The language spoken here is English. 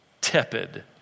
tepid